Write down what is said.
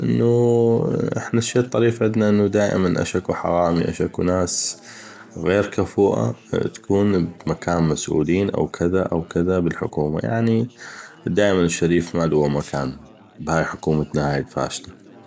احنا دائما الشي الطريف عدنا انو اش اكو حغامي اش اكو ناس غير كفوءه تكون بمكان مسؤؤلين أو هكذا أو كذا بالحكومه يعني دائما الشريف ما لوه مكان بهاي حكومتنا الفاشله